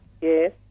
Yes